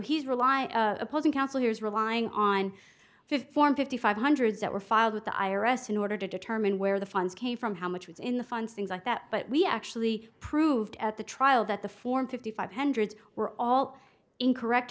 he's relying opposing counsel here is relying on fifth form fifty five hundred that were filed with the i r s in order to determine where the funds came from how much was in the funds things like that but we actually proved at the trial that the form fifty five hundred were all incorrect